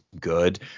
good